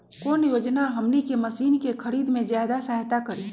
कौन योजना हमनी के मशीन के खरीद में ज्यादा सहायता करी?